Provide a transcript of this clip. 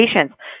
patients